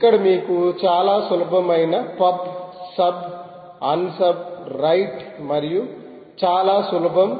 ఇక్కడ మీకు చాలా సులభమైన పబ్ సబ్ అన్సబ్ రైట్ మరియు చాలా సులభం